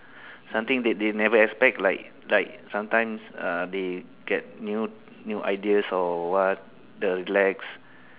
something that they never expect like like sometimes uh they get new new ideas like or what the relax